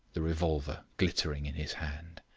the revolver glittering in his hand.